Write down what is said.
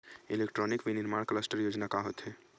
Electronic विनीर्माण cluster योजना का होथे?